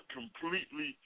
completely